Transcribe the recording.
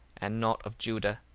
and not of juda,